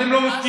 אתם לא בודקים.